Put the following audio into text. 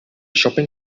shopping